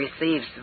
receives